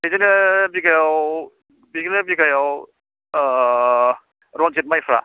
बिदिनो बिघायाव बिदिनो बिघायाव रनजित माइफ्रा